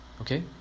Okay